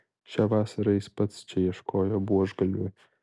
šią vasarą jis pats čia ieškojo buožgalvių